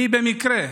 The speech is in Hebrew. אני במקרה,